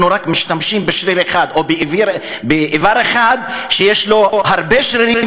אנחנו רק משתמשים בשריר אחד או באבר אחד שיש לו הרבה שרירים,